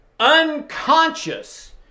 unconscious